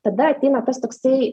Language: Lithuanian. tada ateina tas toksai